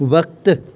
वक़्तु